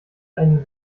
einen